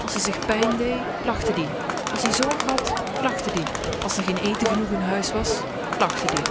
als-ie zich pijn dee lachte ie als-ie zorg had lachte ie als r geen eten genoeg in huis was lachte ie